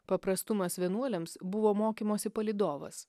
paprastumas vienuoliams buvo mokymosi palydovas